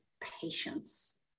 patience